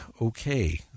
okay